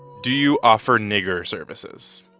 do you offer nigger services?